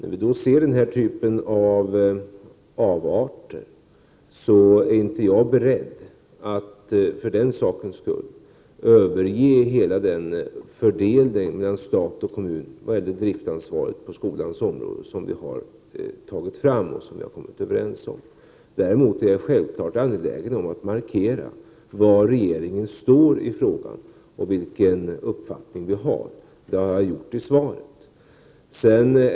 När vi då ser den här typen av avarter är jag inte beredd att förden 29 maj 1989 sakens skull överge hela den fördelning mellan stat och kommun vad gäller driftansvaret på skolans område som vi har kommit överens om. Däremot är jag självfallet angelägen om att markera var regeringen står i frågan och vilken uppfattning regeringen har. Det har jag gjort i mitt svar.